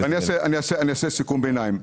אעשה סיכום ביניים.